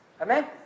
Amen